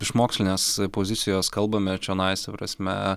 iš mokslinės pozicijos kalbame čionais ta prasme